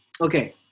okay